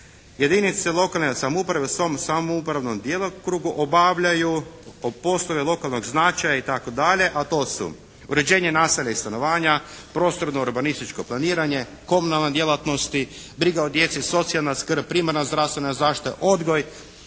jedinice lokalne samouprave u svom samoupravnom djelokrugu obavljaju poslove od lokalnog značaja i tako dalje, a to su: uređenje naselja i stanovanja, prostorno i urbanističko planiranje, komunalne djelatnosti, briga o djeci, socijalna skrb, primarna zdravstvena zaštita, odgoj